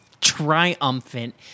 triumphant